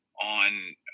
on